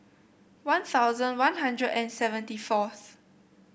One Thousand One Hundred and seventy fourth